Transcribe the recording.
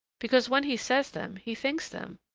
because when he says them he thinks them.